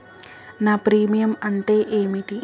నా ప్రీమియం అంటే ఏమిటి?